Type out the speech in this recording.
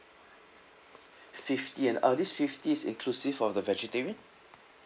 fifty and uh this fifty is inclusive of the vegetarian